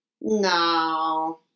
No